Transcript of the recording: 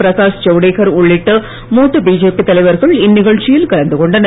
பிரகாஷ் ஜவ்டேகர் உள்ளிட்ட மூத்த பிஜேபி தலைவர்கள் இந்நிகழ்ச்சியில் கலந்து கொண்டனர்